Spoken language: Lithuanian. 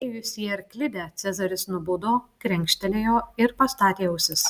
įėjus į arklidę cezaris nubudo krenkštelėjo ir pastatė ausis